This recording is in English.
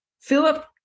Philip